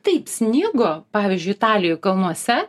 taip snigo pavyzdžiui italijoj kalnuose